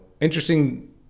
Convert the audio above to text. interesting